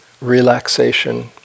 relaxation